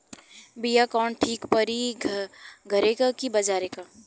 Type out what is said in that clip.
बिया कवन ठीक परी घरे क की बजारे क?